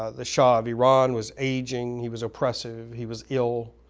ah the shah of iran was aging he was oppressive he was ill.